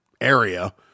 area